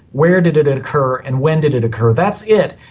where did it it occur and when did it occur. that's it.